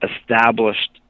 established